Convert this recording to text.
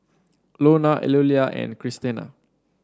Lonna Eulalia and Christena